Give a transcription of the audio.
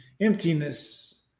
emptiness